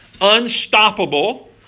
unstoppable